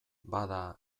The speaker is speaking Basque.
bada